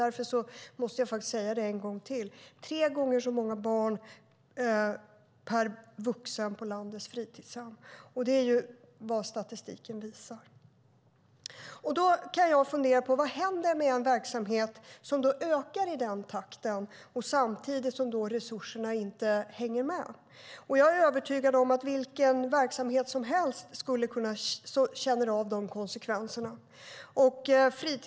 Därför måste jag säga det en gång till: Det går tre gånger fler barn per vuxen på landets fritidshem. Det visar statistiken. Jag funderar på vad som händer med en verksamhet som ökar i den takten samtidigt som resurserna inte hänger med. Jag är övertygad om att vilken verksamhet som helst skulle känna av sådana konsekvenser.